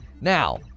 Now